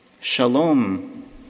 Shalom